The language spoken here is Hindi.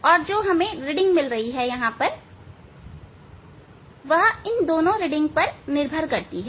और यहां जो भी रीडिंग हमें मिल रहे हैं वे इन दोनों रीडिंगों पर निर्भर करती हैं